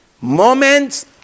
Moments